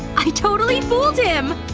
i totally fooled him!